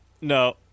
No